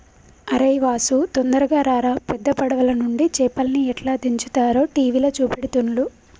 అరేయ్ వాసు తొందరగా రారా పెద్ద పడవలనుండి చేపల్ని ఎట్లా దించుతారో టీవీల చూపెడుతుల్ను